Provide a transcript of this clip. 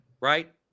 Right